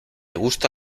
gusta